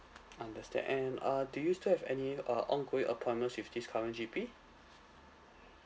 understand and uh do you still have any uh ongoing appointments with this current G_P